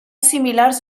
similars